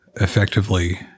effectively